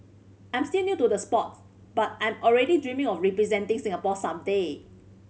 I'm still new to the sports but I am already dreaming of representing Singapore some day